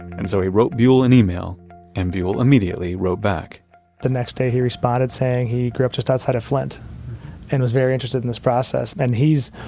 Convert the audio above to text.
and so, he wrote buell an email and buell immediately wrote back the next day he responded saying he grew up just outside of flint and was very interested in this process. he's